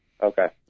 Okay